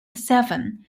seven